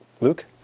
Luke